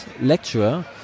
lecturer